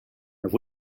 have